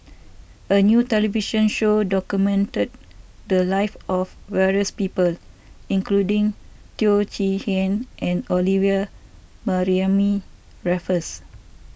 a new television show documented the live of various people including Teo Chee Hean and Olivia Mariamne Raffles